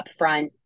upfront